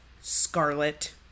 scarlet